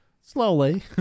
slowly